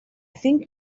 think